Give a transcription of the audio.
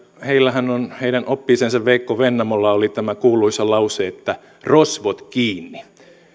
heidän oppi isällänsä veikko vennamolla oli tämä kuuluisa lause että rosvot kiinni